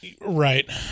Right